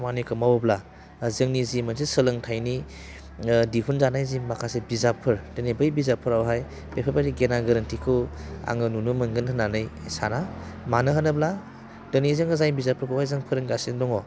खामानिखौ मावोब्ला जोंनि जि मोनसे सोलोंथाइनि दिहुनजानाय जि माखासे बिजाबफोर दिनै बै बिजाबफोरावहाय बेफोरबायदि गेना गोरोन्थिखौ आङो नुनो मोनगोन होन्नानै साना मानो होनोब्ला दिनै जोङो जाय बिजाबफोरखौहाय जों फोरोंगासिनो दङ